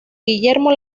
guillermo